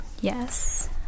Yes